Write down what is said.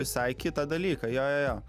visai kitą dalyką jo jo jo